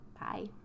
Bye